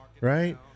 Right